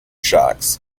shocks